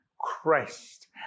Christ